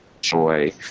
joy